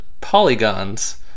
polygons